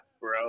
bro